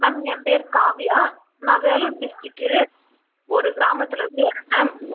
ma'am எம் பெயரு காவியா நான் வேலூர் டிஸ்ட்ரிக்கு ஒரு கிராமத்தில் இருந்து வர்றேன் மேம்